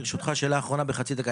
ברשותך, שאלה אחרונה בחצי דקה.